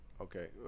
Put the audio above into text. Okay